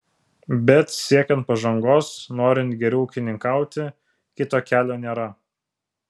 bet siekiant pažangos norint geriau ūkininkauti kito kelio nėra